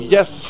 Yes